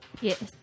Yes